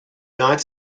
not